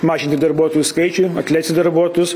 mažinti darbuotojų skaičių atleisti darbuotojus